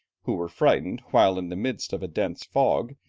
who were frightened while in the midst of a dense fog,